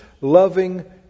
loving